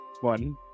one